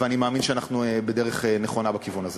ואני מאמין שאנחנו בדרך נכונה בכיוון הזה.